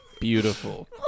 beautiful